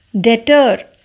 Deter